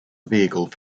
vehicle